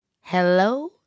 hello